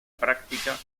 práctica